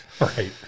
Right